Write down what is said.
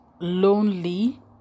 lonely